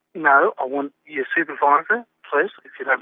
no, i want your supervisor please, if you don't